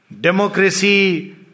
Democracy